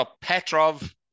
Petrov